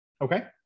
Okay